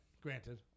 Granted